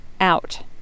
out